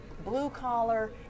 Blue-collar